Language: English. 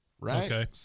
Right